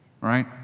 right